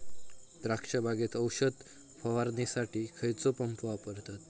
द्राक्ष बागेत औषध फवारणीसाठी खैयचो पंप वापरतत?